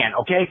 okay